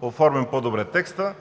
оформим по-добре текста.